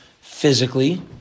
physically